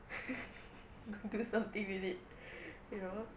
go do something with it you know